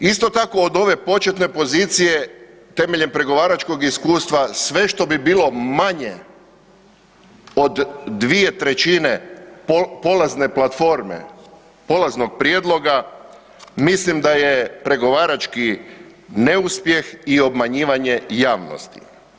Isto tako od ove početne pozicije temeljem pregovaračkog iskustava sve što bi bilo manje od 2/3 polazne platforme, polaznog prijedloga mislim da je pregovarački neuspjeh i obmanjivanje javnosti.